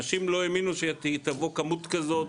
אנשים לא האמינו שתבוא כמות כזאת,